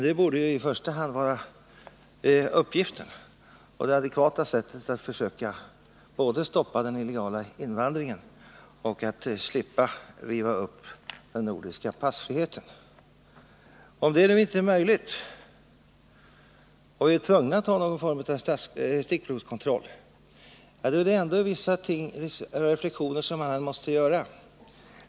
Det borde ju i första hand vara uppgiften och det adekvata sättet både för att försöka att stoppa den illegala invandringen och för att slippa riva upp den nordiska passfriheten. Om det nu inte är möjligt, och vi är tvungna att ha någon form av stickprovskontroll, är det ändå vissa reflexioner man måste göra.